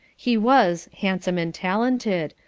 he was handsome and talented,